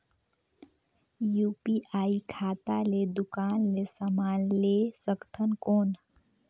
UPI खाता ले दुकान ले समान ले सकथन कौन?